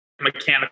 mechanical